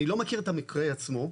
אני לא מכיר את המקרה עצמו,